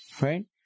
right